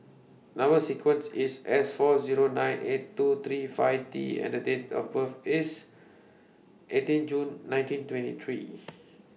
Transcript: Number sequence IS S four Zero nine eight two three five T and The Date of birth IS eighteen June nineteen twenty three